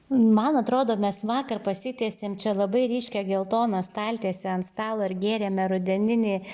man atrodo mes vakar pasitiesėm čia labai ryškią geltoną staltiesę ant stalo ir gėrėme rudeninį